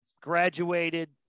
graduated